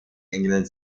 england